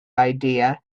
idea